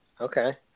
okay